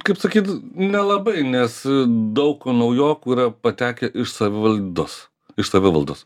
kaip sakyt nelabai nes daug naujokų yra patekę iš savivaldos iš savivaldos